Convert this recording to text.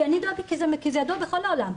כי זה ידוע בכל העולם.